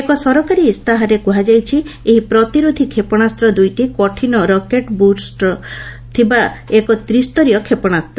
ଏକ ସରକାରୀ ଇସ୍ତାହାରରେ କୁହାଯାଇଛି ଏହି ପ୍ରତିରୋଧୀ କ୍ଷେପଣାସ୍ତ ଦୁଇଟି କଠିନ ରକେଟ ବୁଷ୍ଟର ଥିବା ଏକ ତ୍ରିସ୍ତରୀୟ କ୍ଷେପଣାସ୍ତ